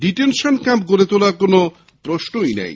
detention camp গড়ে তোলার কোনো প্রশ্নই নেই